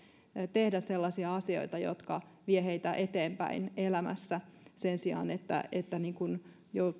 tehdä sellaisia asioita jotka vievät heitä eteenpäin elämässä sen sijaan että että